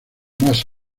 más